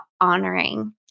honoring